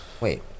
Wait